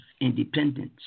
independence